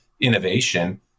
innovation